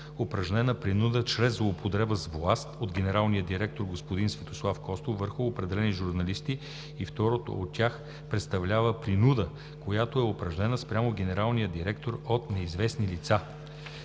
упражнена принуда чрез злоупотреба с власт от генералния директор господин Светослав Костов върху определени журналисти и второто от тях представлява принуда, която е упражнена спрямо генералния директор от неизвестни лица.